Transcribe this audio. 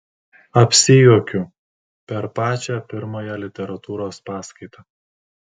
apsijuokiu per pačią pirmąją literatūros paskaitą